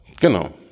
Genau